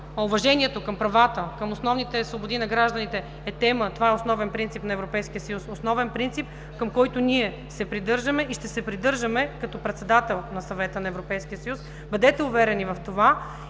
с уважението към правата, към основните свободи на гражданите е тема – това е основен принцип на Европейския съюз, основен принцип, към който ние се придържаме и ще се придържаме като председател на Съвета на Европейския съюз. Бъдете уверени в това.